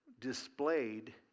displayed